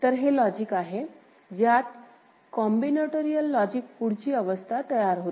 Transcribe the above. तर हे लॉजिक आहे ज्यात कॉम्बिनेटोरिअल लॉजिकमधून पुढची अवस्था तयार होते